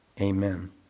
amen